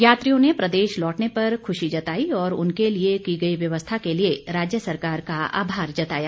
यात्रियों ने प्रदेश लौटने पर खुशी जताई और उनके लिए की गई व्यवस्था के लिए राज्य सरकार का आभार जताया